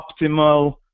optimal